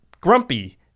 grumpy